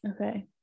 Okay